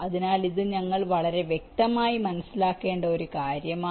അതിനാൽ ഇത് നമ്മൾ വളരെ വ്യക്തമായി മനസ്സിലാക്കേണ്ട ഒരു കാര്യമാണ്